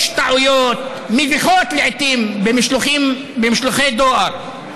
יש טעויות מביכות לעיתים במשלוחי דואר: